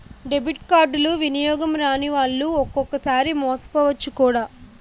debit కార్డులు వినియోగం రానివాళ్లు ఒక్కొక్కసారి మోసపోవచ్చు కూడా